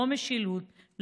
לא משילות,